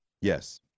yes